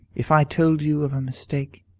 if i told you of a mistake.